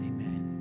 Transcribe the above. Amen